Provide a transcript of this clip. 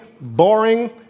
boring